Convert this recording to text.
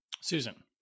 Susan